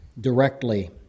directly